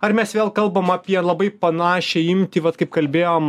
ar mes vėl kalbam apie labai panašią imtį vat kaip kalbėjom